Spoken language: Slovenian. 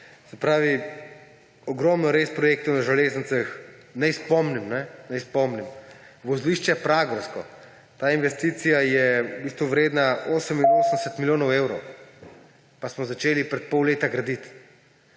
Se pravi res ogromno projektov na železnicah. Naj spomnim, naj spomnim na vozlišče Pragersko. Ta investicija je v bistvu vredna 88 milijonov evrov pa smo začeli pred pol leta graditi.